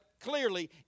clearly